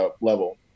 level